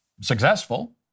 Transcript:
successful